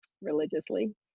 religiously